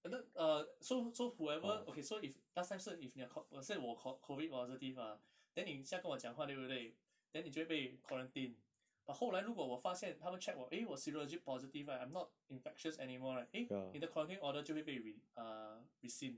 and then uh so so whoever okay so if last time 是你 if 你有 coug~ 现在我 co~ COVID positive mah then 你现在跟我讲话对不对 then 你就会被 quarantine but 后来如果我发现他们 check 我 eh 我的 serology positive right I'm not infectious anymore right like eh 你的 quarantine order 就会被 relea~ uh rescind